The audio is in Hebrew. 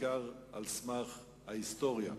בעיקר על סמך ההיסטוריה.